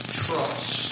trust